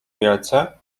wielce